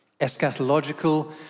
Eschatological